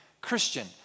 Christian